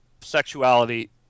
sexuality